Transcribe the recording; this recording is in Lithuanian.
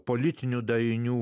politinių dainių